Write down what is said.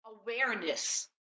awareness